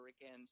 again